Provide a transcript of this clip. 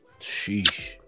sheesh